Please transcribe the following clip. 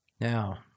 Now